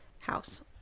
house